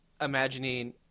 imagining